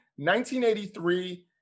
1983